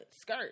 skirt